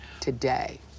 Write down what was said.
today